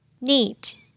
Neat